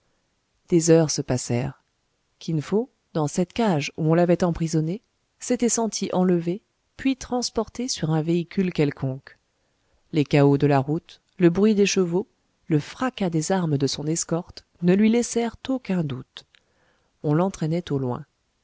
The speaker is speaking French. des heures se passèrent kin fo dans cette cage où on l'avait emprisonné s'était senti enlevé puis transporté sur un véhicule quelconque les cahots de la route le bruit des chevaux le fracas des armes de son escorte ne lui laissèrent aucun doute on l'entraînait au loin